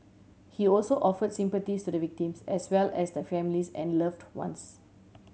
he also offer sympathies to the victims as well as their families and loved ones